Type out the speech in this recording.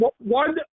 one